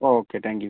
okay thank you